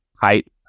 height